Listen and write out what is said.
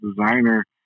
designer